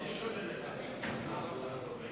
מצביע מאיר פרוש,